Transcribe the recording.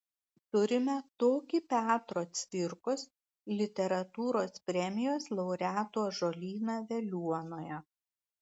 turime tokį petro cvirkos literatūros premijos laureatų ąžuolyną veliuonoje